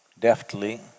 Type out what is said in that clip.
deftly